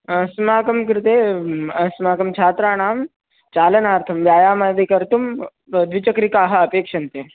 अस्माकं कृते अस्माकं छात्राणां चालनार्थं व्यायामादिकर्तुं द्विचक्रिकाः अपेक्षन्ते